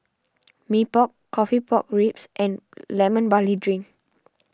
Mee Pok Coffee Pork Ribs and Lemon Barley Drink